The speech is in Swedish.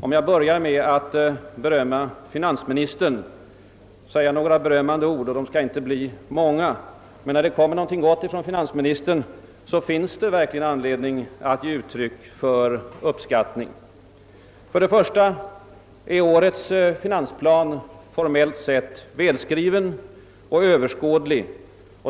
om jag börjar med att berömma finansministern. De berömmande orden skall inte bli många. Men när det kommer någonting gott från finansministern, finns det verkligen anledning att ge uttryck för uppskattning. Först och främst är årets finansplan formellt sett välskriven och överskådlig.